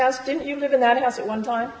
you did you live in that house a one time